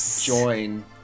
join